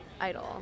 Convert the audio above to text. idol